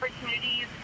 opportunities